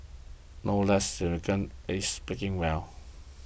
no less significant is speaking well